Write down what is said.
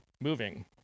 moving